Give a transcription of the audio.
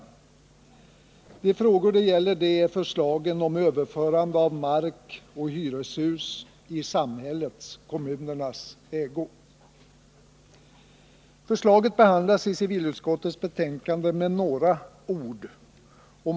Vad som avses är förslaget om överförande av mark och hyreshus i samhällets — kommunernas — ägo. Förslaget behandlas i civilutskottets betänkande med några ord.